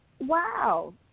Wow